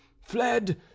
fled